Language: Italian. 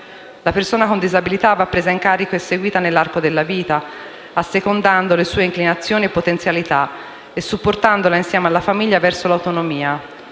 La persona con disabilità va presa in carico e seguita nell'arco della vita, assecondando le sue inclinazioni e potenzialità e supportandola insieme alla famiglia verso l'autonomia.